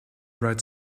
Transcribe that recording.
bright